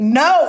no